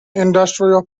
industrial